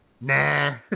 nah